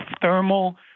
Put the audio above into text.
thermal